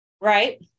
Right